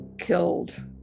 killed